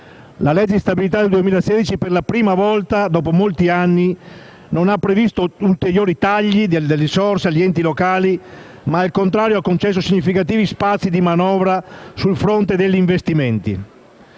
La legge di stabilità 2016, per la prima volta dopo molti anni, non ha previsto ulteriori tagli alle risorse degli enti locali ma, al contrario, ha concesso significativi spazi di manovra sul fronte degli investimenti.